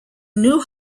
knew